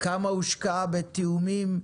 כמה הושקע בתיאומים,